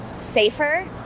safer